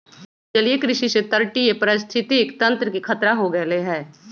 जलीय कृषि से तटीय पारिस्थितिक तंत्र के खतरा हो गैले है